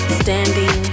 standing